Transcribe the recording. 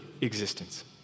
existence